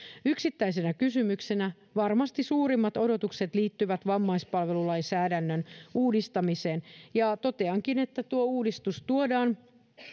yksittäisenä kysymyksenä varmasti suurimmat odotukset liittyvät vammaispalvelulainsäädännön uudistamiseen ja toteankin että tuo uudistus tuodaan